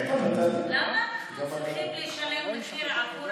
איתן, איתן, למה אנחנו צריכים לשלם מחיר עבור